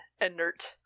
inert